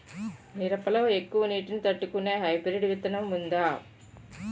మిరప లో ఎక్కువ నీటి ని తట్టుకునే హైబ్రిడ్ విత్తనం వుందా?